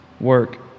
work